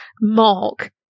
mark